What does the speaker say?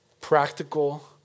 practical